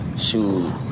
Shoot